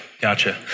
gotcha